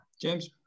James